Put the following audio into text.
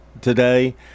today